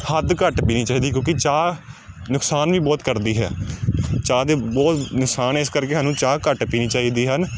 ਹੱਦ ਘੱਟ ਪੀਣੀ ਚਾਹੀਦੀ ਆ ਕਿਉਂਕਿ ਚਾਹ ਨੁਕਸਾਨ ਵੀ ਬਹੁਤ ਕਰਦੀ ਹੈ ਚਾਹ ਦੇ ਬਹੁਤ ਨੁਕਸਾਨ ਹੈ ਇਸ ਕਰਕੇ ਸਾਨੂੰ ਚਾਹ ਘੱਟ ਪੀਣੀ ਚਾਹੀਦੀ ਹਨ